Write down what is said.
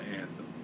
anthem